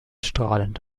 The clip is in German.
strahlend